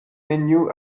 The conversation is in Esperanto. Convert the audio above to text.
neniu